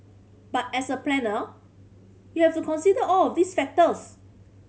but as a planner you have to consider all of these factors